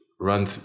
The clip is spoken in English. run